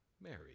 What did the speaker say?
Mary